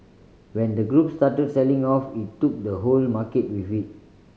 when the group started selling off it took the whole market with it